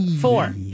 Four